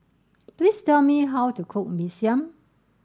please tell me how to cook Mee Siam